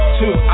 two